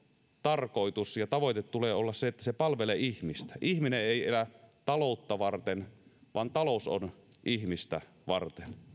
tarkoitus ja tavoite tulee olla se että se palvelee ihmistä ihminen ei elä taloutta varten vaan talous on ihmistä varten